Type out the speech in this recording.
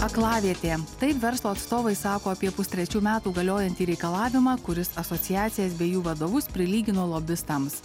aklavietė tai verslo atstovai sako apie pustrečių metų galiojantį reikalavimą kuris asociacijas bei jų vadovus prilygino lobistams